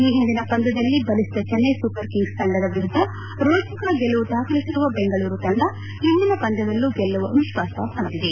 ಈ ಹಿಂದಿನ ಪಂದ್ಯದಲ್ಲಿ ಬಲಿಷ್ಠ ಚೆನ್ನೈ ಸೂಪರ್ ಕಿಂಗ್ಸ್ ತಂಡದ ವಿರುದ್ಧ ರೋಚಕ ಗೆಲುವು ದಾಖಲಿಸಿರುವ ಬೆಂಗಳೂರು ತಂಡ ಇಂದಿನ ಪಂದ್ಯದಲ್ಲೂ ಗೆಲ್ಲುವ ವಿಶ್ವಾಸ ಹೊಂದಿದೆ